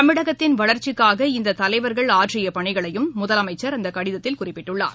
தமிழகத்தின் வளர்ச்சிக்காக இந்த தலைவர்கள் ஆற்றிய பணிகளையும் முதலமைச்சர் அந்த கடிதத்தில் குறிப்பிட்டுள்ளார்